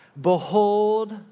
behold